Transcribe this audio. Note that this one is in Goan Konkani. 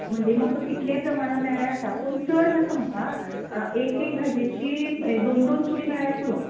म्हणटगीर म्हाका कितल्याय प्रमाणान मेळ्यार जाता पूण चड नाका म्हाका एक एक भाजयेची दोन दोन चुडीं मेळ्यार पूरो